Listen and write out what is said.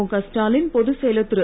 முக ஸ்டாலின் பொதுச்செயலர் திரு